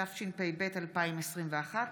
התשפ"ב 2021,